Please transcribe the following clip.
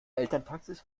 elterntaxis